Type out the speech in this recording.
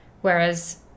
Whereas